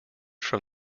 from